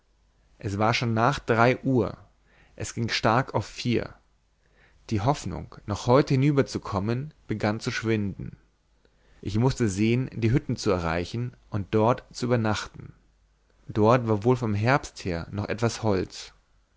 es war schon nach drei uhr es ging stark auf vier die hoffnung noch heute hinüberzukommen begann zu schwinden ich mußte sehen die hütten zu erreichen und dort zu übernachten dort war wohl vom herbst her noch etwas holz